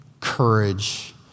courage